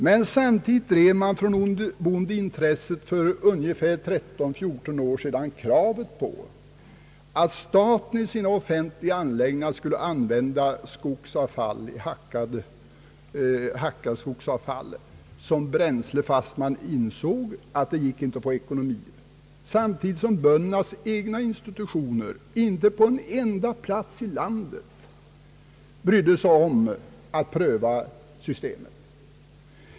Men samtidigt framförde man för 13, 14 år sedan från böndernas sida krav på att staten i sina offentliga anläggningar skulle använda hackat skogsavfall som bränsle, fastän man insåg att det inte lönade sig ekonomiskt. Men böndernas egna institutioner brydde sig inte på någon enda plats i landet om att pröva systemet!